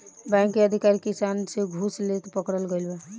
bank के अधिकारी किसान से घूस लेते पकड़ल गइल ह